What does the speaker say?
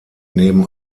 neben